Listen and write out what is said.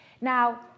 Now